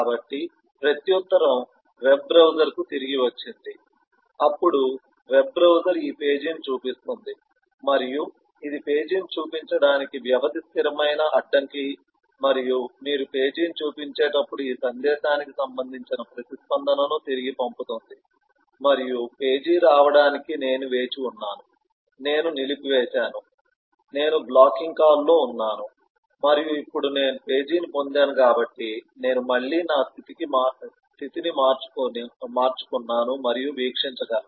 కాబట్టి ప్రత్యుత్తరం వెబ్ బ్రౌజర్కు తిరిగి వచ్చింది అప్పుడు వెబ్ బ్రౌజర్ ఈ పేజీని చూపిస్తుంది మరియు ఇది పేజీని చూపించడానికి వ్యవధి స్థిరమైన అడ్డంకి మరియు మీరు పేజీని చూపించేటప్పుడు ఈ సందేశానికి సంబంధించిన ప్రతిస్పందనను తిరిగి పంపుతుంది మరియు పేజీ రావడానికి నేను వేచి ఉన్నాను నేను నిలిపివేసాను నేను బ్లాకింగ్ కాల్లో ఉన్నాను మరియు ఇప్పుడు నేను పేజీని పొందాను కాబట్టి నేను మళ్ళీ నా స్థితిని మార్చుకున్నాను మరియు వీక్షించగలను